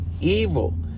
evil